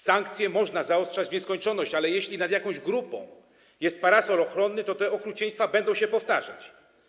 Sankcje można zaostrzać w nieskończoność, ale jeśli nad jakąś grupą jest parasol ochronny, to te okrucieństwa będą się powtarzać.